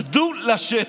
רדו לשטח.